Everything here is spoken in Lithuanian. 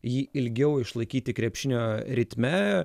jį ilgiau išlaikyti krepšinio ritme